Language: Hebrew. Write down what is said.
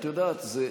את יודעת,